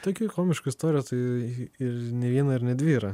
tokia komiška istorija tai ir ne viena ir ne dvi yra